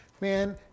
man